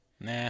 Nah